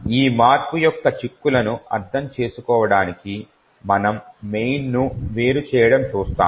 ఈ మార్పు యొక్క చిక్కులను అర్థం చేసుకోవడానికి మనము మెయిన్ ను వేరుచేయడం చూస్తాము